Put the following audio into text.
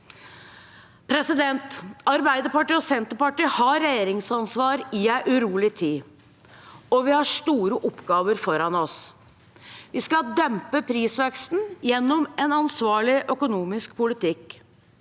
oppgave. Arbeiderpartiet og Senterpartiet har regjeringsansvar i en urolig tid, og vi har store oppgaver foran oss. Vi skal dempe prisveksten gjennom en ansvarlig økonomisk politikk.